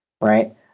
right